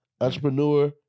Entrepreneur